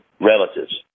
relatives